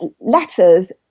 letters